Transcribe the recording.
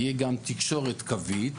יהיה גם תקשורת קווית,